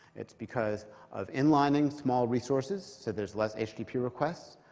it's because of inlining small resources so there's less http requests.